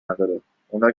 نداره، اونا